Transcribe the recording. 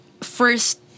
first